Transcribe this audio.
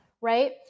right